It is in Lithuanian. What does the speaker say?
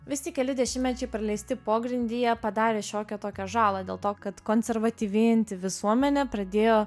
visi keli dešimtmečiai praleisti pogrindyje padarė šiokią tokią žalą dėl to kad konservatyvėjanti visuomenė pradėjo